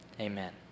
Amen